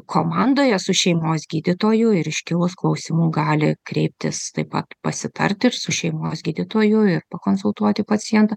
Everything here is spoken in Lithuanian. komandoje su šeimos gydytoju ir iškilus klausimų gali kreiptis taip pat pasitarti ir su šeimos gydytoju ir pakonsultuoti pacientą